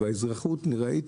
באזרחות ראיתי